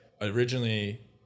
originally